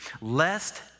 lest